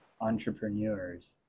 entrepreneurs